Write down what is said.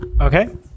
Okay